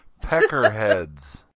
peckerheads